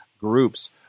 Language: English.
groups